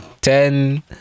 ten